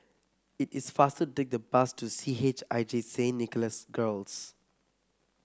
it is faster to take the bus to C H I J Saint Nicholas Girls